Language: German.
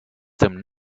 dem